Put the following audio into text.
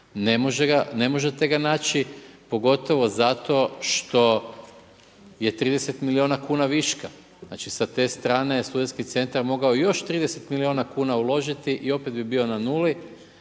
ne možete ga naći pogotovo zato što je 30 milijuna kn viška, znači sa te strane SC je mogao još 30 milijuna kn uložiti i opet bi bio na nuli